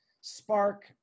spark